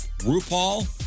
RuPaul